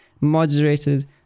moderated